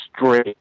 straight